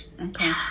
Okay